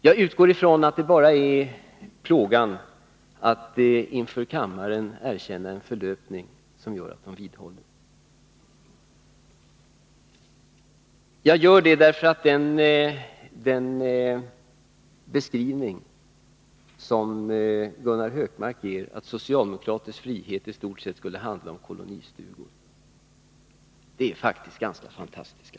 Jag utgår ifrån att det bara är plågan att inför kammaren erkänna en förlöpning som gör att man vidhåller sina påståenden. Jag gör det därför att den beskrivning som Gunnar Hökmark gav, att socialdemokratisk frihet i stort sett skulle handla om kolonistugor, faktiskt är ganska fantastisk.